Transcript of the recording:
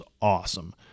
awesome